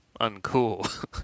Uncool